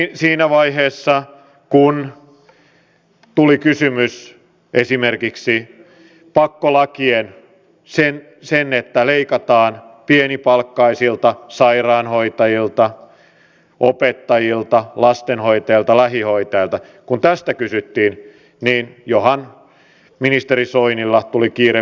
tosin siinä vaiheessa kun tuli kysymys esimerkiksi pakkolaeista kun kysyttiin siitä että leikataan pienipalkkaisilta sairaanhoitajilta opettajilta lastenhoitajilta ja lähihoitajilta niin johan ministeri soinilla tuli kiire virkatehtäviin